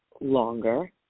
longer